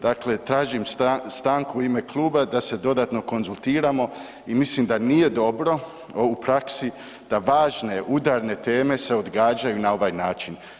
Dakle, tražim stanku u ime kluba da se dodatno konzultiramo i mislim da nije dobro u praksi da važne udarne teme se odgađaju na ovaj način.